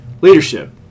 Leadership